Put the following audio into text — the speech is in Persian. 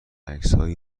عکسهای